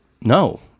no